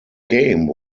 game